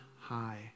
high